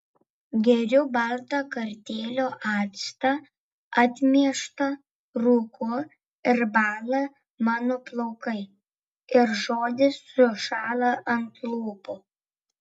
geriu baltą kartėlio actą atmieštą rūku ir bąla mano plaukai ir žodis sušąla ant lūpų